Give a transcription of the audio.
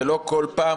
ולא בכל פעם,